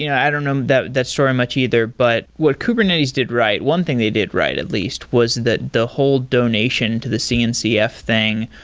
yeah i don't know that that story much either, but what kubernetes did right, one thing they did right at least was that the whole donation to the cncf thing,